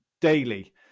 daily